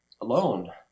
alone